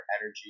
energy